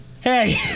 Hey